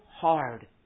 hard